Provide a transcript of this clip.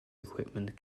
equipment